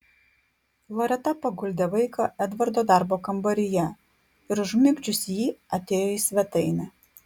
loreta paguldė vaiką edvardo darbo kambaryje ir užmigdžiusi jį atėjo į svetainę